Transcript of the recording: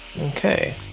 Okay